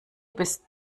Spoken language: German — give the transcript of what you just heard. bist